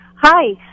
Hi